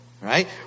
Right